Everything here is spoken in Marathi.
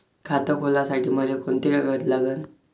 खात खोलासाठी मले कोंते कागद लागन?